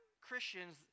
Christians